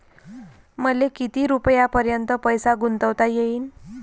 मले किती रुपयापर्यंत पैसा गुंतवता येईन?